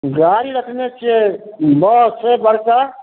गाड़ी रखने छियै बस छै बड़का